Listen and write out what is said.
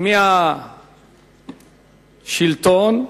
מהשלטון לאופוזיציה,